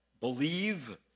Believe